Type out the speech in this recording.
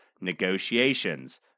negotiations